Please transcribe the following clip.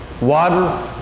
Water